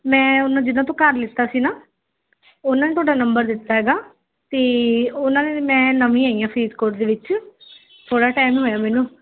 ਮੈਂ ਉਹਨਾਂ ਜਿਹਦਾ ਤੂੰ ਘਰ ਲਿੱਤਾ ਸੀ ਨਾ ਉਹਨਾਂ ਨੇ ਤੁਹਾਡਾ ਨੰਬਰ ਦਿੱਤਾ ਹੈਗਾ ਅਤੇ ਉਹਨਾਂ ਨੇ ਮੈਂ ਨਵੀਂ ਆਈ ਹਾਂ ਫਰੀਦਕੋਟ ਦੇ ਵਿੱਚ ਥੋੜ੍ਹਾ ਟਾਈਮ ਹੋਇਆ ਮੈਨੂੰ